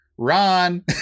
Ron